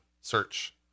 search